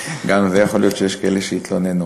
גם אם יכול להיות שיש כאלה שיתלוננו.